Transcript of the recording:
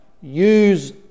use